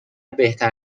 بهتر